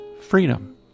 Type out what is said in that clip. freedom